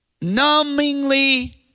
numbingly